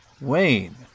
Wayne